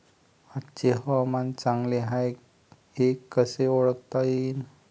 आजचे हवामान चांगले हाये हे कसे ओळखता येईन?